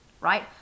Right